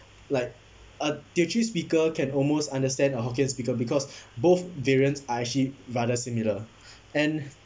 like a teochew speaker can almost understand a hokkien speaker because both variant are actually rather similar and